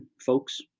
folks